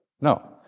No